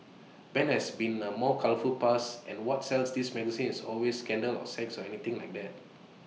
Ben has been A more colourful past and what sells these magazines always scandal sex or anything like that